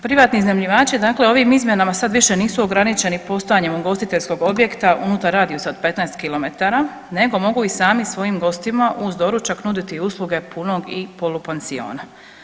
Privatni iznajmljivači, dakle ovim izmjenama sad više nisu ograničeni postojanjem ugostiteljskog objekta unutar radijusa od 15 kilometara, nego mogu i sami svojim gostima uz doručak nuditi usluge punog i polupansiona.